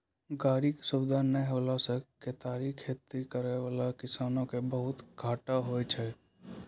गाड़ी के सुविधा नै होला से केतारी खेती करै वाला किसान के बहुते घाटा हुवै छै